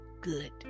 good